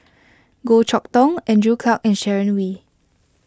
Goh Chok Tong Andrew Clarke and Sharon Wee